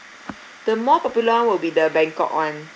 the more popular one will be the bangkok one